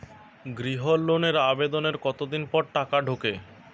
গৃহ লোনের আবেদনের কতদিন পর টাকা ঢোকে?